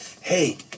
hey